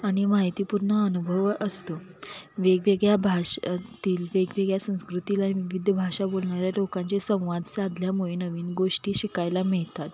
आणि माहिती पूर्ण अनुभव असतो वेगवेगळ्या भाषातील वेगवेगळ्या संस्कृतीला आणि विविध भाषा बोलणाऱ्या लोकांशी संवाद साधल्यामुळे नवीन गोष्टी शिकायला मिळतात